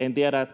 en tiedä,